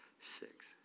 six